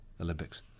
Olympics